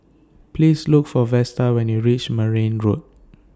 Please Look For Vesta when YOU REACH Marne Road